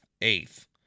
eighth